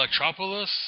Electropolis